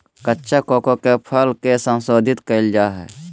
कच्चा कोको के फल के संशोधित कइल जा हइ